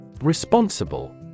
Responsible